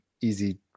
easy